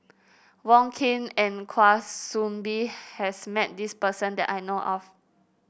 Wong Keen and Kwa Soon Bee has met this person that I know of